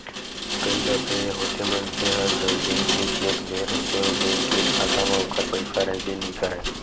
कई दफे ए होथे मनखे ह जउन बेंक के चेक देय रहिथे ओ बेंक के खाता म ओखर पइसा रहिबे नइ करय